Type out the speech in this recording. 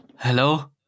hello